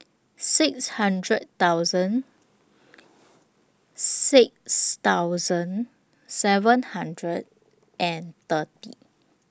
six hundred thousand six thousand seven hundred and thirty